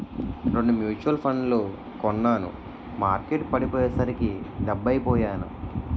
రెండు మ్యూచువల్ ఫండ్లు కొన్నాను మార్కెట్టు పడిపోయ్యేసరికి డెబ్బై పొయ్యాను